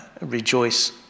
rejoice